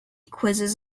quizzes